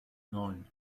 neun